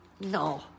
No